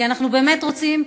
כי אנחנו באמת רוצים,